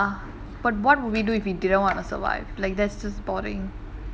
ya but what would we do if we didn't want to survive like that's just boring